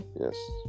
Yes